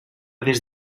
des